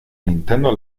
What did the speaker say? nintendo